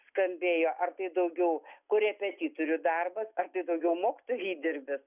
skambėjo ar tai daugiau korepetitorių darbas ar tai daugiau mokytojų įdirbis